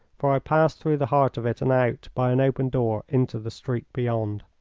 for i passed through the heart of it and out, by an open door, into the street beyond.